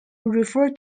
refer